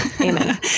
Amen